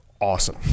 Awesome